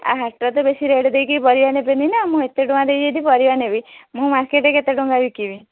ଆଉ ହାଟରେ ତ ବେଶି ରେଟ୍ ଦେଇକି ପରିବା ନେବେନି ନା ମୁଁ ଏତେ ଟଙ୍କା ଦେଇ ଯଦି ପରିବା ନେବି ମୁଁ ମାର୍କେଟେରେ କେତେ ଟଙ୍କା ବିକିବି